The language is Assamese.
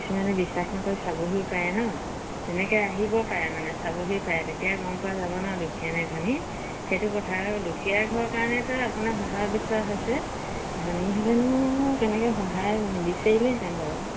কিছুমানে বিশ্বাস নকৰি চাবহিও পাৰে ন তেনেকৈ আহিব পাৰে মানে চাবহিও পাৰে তেতিয়া গম পোৱা যাব ন দুখীয়ানে ধনী সেইটো কথা আৰু দুখীয়া ঘৰৰ কাৰণেতো আপোনাৰ সহায় বিচৰা হৈছে ধনী হ'লেনো তেনেকৈ সহায় নিবিচাৰিলেহেঁতেন বাৰু